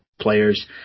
players